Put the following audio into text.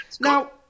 Now